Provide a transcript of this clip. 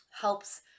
helps